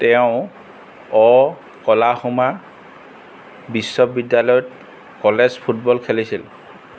তেওঁ অ'কলাহোমা বিশ্ববিদ্যালয়ত college football খেলিছিল